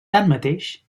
tanmateix